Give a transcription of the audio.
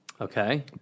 Okay